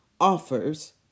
offers